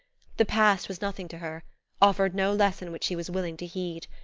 the past was nothing to her offered no lesson which she was willing to heed.